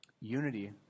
Unity